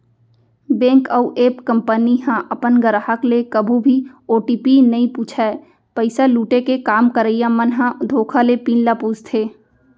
bank अउ app company ह अपन गराहक ले कभू भी ओ.टी.पी नइ पूछय, पइसा लुटे के काम करइया मन ह धोखा ले पिन ल पूछथे